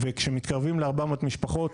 כשמתקרבים ל-400 משפחות